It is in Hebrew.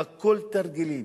הכול תרגילים.